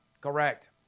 Correct